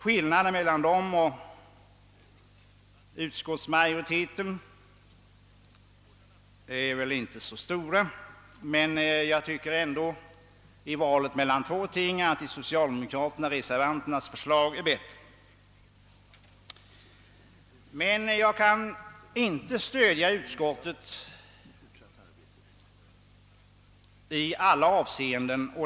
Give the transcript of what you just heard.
Skillnaden mellan dem och utskottsmajoritetens hemställan är inte så stor, men jag tycker att i valet mellan dessa två är de socialdemokratiska reservanternas förslag bättre. Jag kan inte stödja utskottets hemställan i alla avseenden.